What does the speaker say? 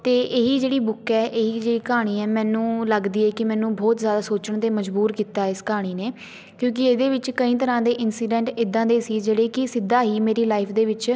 ਅਤੇ ਇਹ ਜਿਹੜੀ ਬੁੱਕ ਹੈ ਇਹ ਜਿਹੜੀ ਕਹਾਣੀ ਹੈ ਮੈਨੂੰ ਲੱਗਦੀ ਹੈ ਕਿ ਮੈਨੂੰ ਬਹੁਤ ਜ਼ਿਆਦਾ ਸੋਚਣ 'ਤੇ ਮਜਬੂਰ ਕੀਤਾ ਇਸ ਕਹਾਣੀ ਨੇ ਕਿਉਂਕਿ ਇਹਦੇ ਵਿੱਚ ਕਈ ਤਰ੍ਹਾਂ ਦੇ ਇੰਸੀਡੈਂਟ ਇੱਦਾਂ ਦੇ ਸੀ ਜਿਹੜੇ ਕਿ ਸਿੱਧਾ ਹੀ ਮੇਰੀ ਲਾਈਫ ਦੇ ਵਿੱਚ